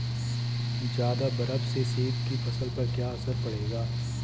ज़्यादा बर्फ से सेब की फसल पर क्या असर पड़ेगा?